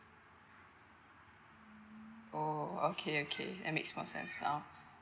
oh okay okay that makes more sense now